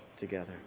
together